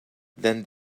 then